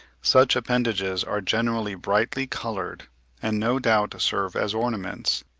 such appendages are generally brightly-coloured, and no doubt serve as ornaments,